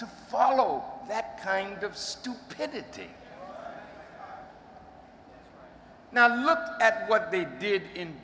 to follow that kind of stupidity now look at what they did in